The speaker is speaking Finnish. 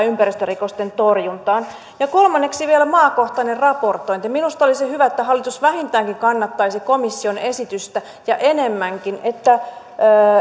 ympäristörikosten torjuntaan kolmanneksi vielä maakohtainen raportointi minusta olisi hyvä että hallitus vähintään kannattaisi komission esitystä ja enemmänkin että